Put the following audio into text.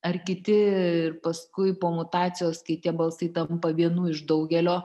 ar kiti ir paskui po mutacijos kai tie balsai tampa vienu iš daugelio